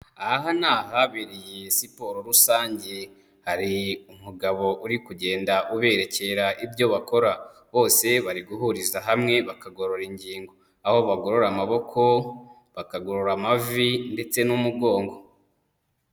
Aha ni aha biri iyi siporo rusange, hari umugabo uri kugenda aberekera ibyo bakora, bose bari guhuriza hamwe bakagorora ingingo, aho bagorora amaboko, bakagorora amavi ndetse n'umugongo.